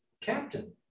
captain